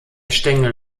stängel